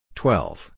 twelve